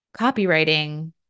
copywriting